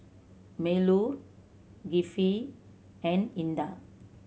Melur Kifli and Indah